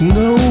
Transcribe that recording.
no